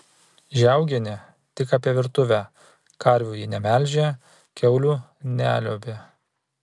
žiaugienė tik apie virtuvę karvių ji nemelžė kiaulių neliuobė